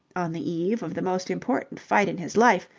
on the eve of the most important fight in his life,